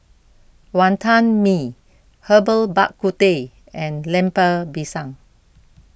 Wantan Mee Herbal Bak Ku Teh and Lemper Pisang